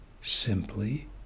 simply